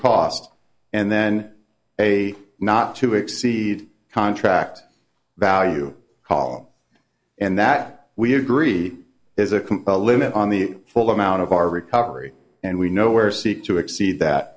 cost and then a not to exceed contract value column and that we agree is a limit on the full amount of our recovery and we know where seek to exceed that